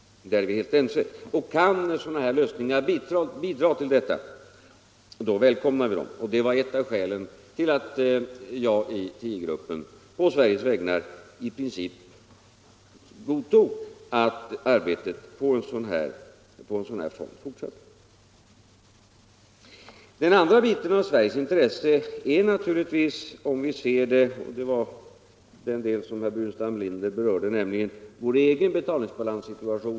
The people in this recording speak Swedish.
Där är vi helt ense. Kan sådana här lösningar bidra till detta välkomnar vi dem. Det var ett av skälen till att jag i tiogruppen på Sveriges vägnar i princip godtog att arbetet på en solidaritetsfond fortsätter. Den andra biten av Sveriges intresse är naturligtvis — och det var den del som herr Burenstam Linder berörde — vår egen betalningsbalans.